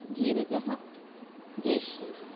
धीरजः जयश्रीः